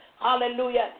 Hallelujah